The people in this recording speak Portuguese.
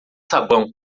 sabão